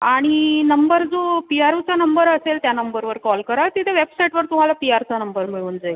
आणि नंबर जो P R ओचा नंबर असेल त्या नंबरवर कॉल करा तिथे वेबसाईटवर तुम्हाला पी आरचा नंबर मिळून जाईल